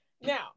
now